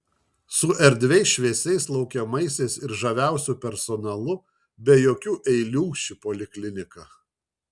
su erdviais šviesiais laukiamaisiais ir žaviausiu personalu be jokių eilių ši poliklinika